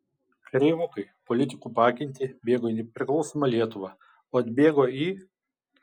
kareivukai politikų paakinti bėgo į nepriklausomą lietuvą o atbėgo į